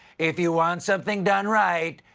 if you want something done right,